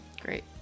Great